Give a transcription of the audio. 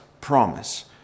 promise